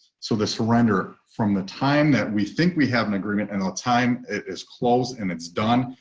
so the surrender. from the time that we think we have an agreement and time is closed and it's done.